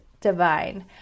divine